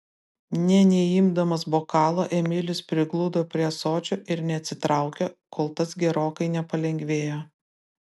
nė neimdamas bokalo emilis prigludo prie ąsočio ir neatsitraukė kol tas gerokai nepalengvėjo